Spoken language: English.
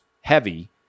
heavy